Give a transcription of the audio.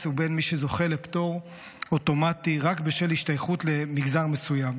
ובין מי שזוכה לפטור אוטומטי רק בשל השתייכות למגזר מסוים.